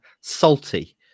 salty